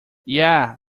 yeah